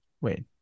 Wait